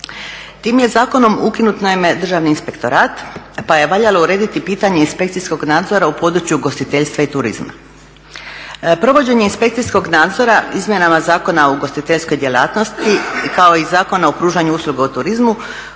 Tim je zakonom ukinut Državni inspektorat pa je valjalo urediti inspekcijskog nadzora u području ugostiteljstva i turizma. Provođenje inspekcijskog nadzora izmjenama Zakona o ugostiteljskoj djelatnosti kao i Zakona pružanja usluga u turizmu